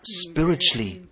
spiritually